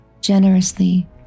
generously